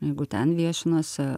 jeigu ten viešinasi